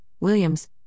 Williams